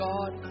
God